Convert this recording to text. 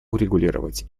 урегулировать